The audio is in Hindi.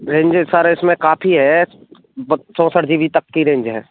रेंज सर इसमें काफी है बक चौंसठ जीबी तक की रेंज है